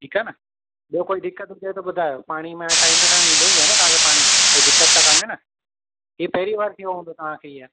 ठीकु आहे न ॿियो कोई दिक़त हुजे त ॿुधायो पाणी में टाइम सां ईंदो ई आहे न तव्हांखे पाणी कोई दिक़त त कान्हे न हीउ पहिरीं बार थियो हूंदो तव्हांखे हीअं